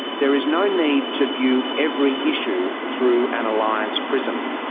there is no need to view every issue through an alliance prism.